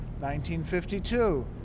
1952